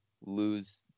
lose